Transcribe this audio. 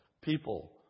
people